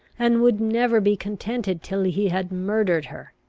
and would never be contented till he had murdered her.